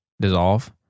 dissolve